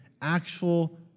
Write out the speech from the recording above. actual